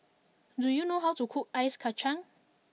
do you know how to cook Ice Kachang